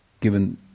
given